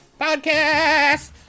podcast